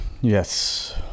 Yes